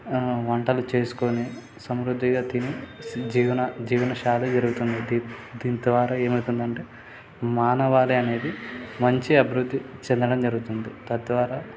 వంటలు చేసుకొని సమృద్ధిగా తిని జీవన జీవనశైలి జరుగుతుంది దీని దీని ద్వారా ఏమవుతుందంటే మానవాళి అనేది మంచి అభివృద్ధి చెందడం జరుగుతుంది తద్వారా